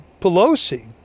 Pelosi